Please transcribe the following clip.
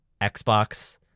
Xbox